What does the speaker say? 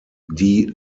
die